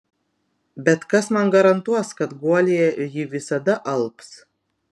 bet kas man garantuos kad guolyje ji visada alps